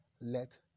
Let